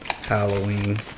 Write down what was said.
Halloween